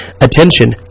Attention